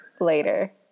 later